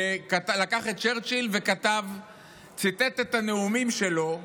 שלקח את צ'רצ'יל וציטט את הנאומים שלו.